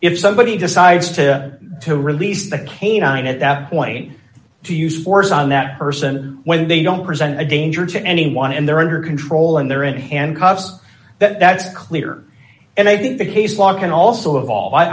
if somebody decides to to release the canine at that point to use force on that person when they don't present a danger to anyone and they're under control and they're in handcuffs that it's clear and i think the case law can also of all i